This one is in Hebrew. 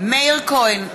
מאיר כהן,